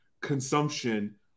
consumption